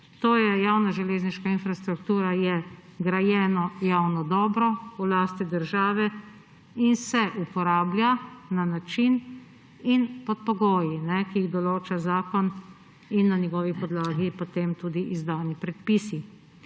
To je javna železniška infrastruktura, je grajeno javno dobro v lasti države in se uporablja na način in pod pogoji, ki jih določa zakon in na njegovi podlagi potem tudi izdani predpisi.